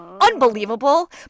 unbelievable